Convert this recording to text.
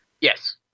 Yes